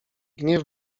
gniew